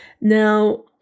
now